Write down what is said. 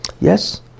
Yes